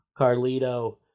Carlito